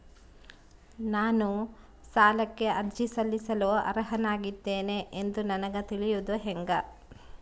ನಾನು ಸಾಲಕ್ಕೆ ಅರ್ಜಿ ಸಲ್ಲಿಸಲು ಅರ್ಹನಾಗಿದ್ದೇನೆ ಎಂದು ನನಗ ತಿಳಿಯುವುದು ಹೆಂಗ?